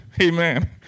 Amen